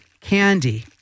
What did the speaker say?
candy